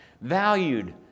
valued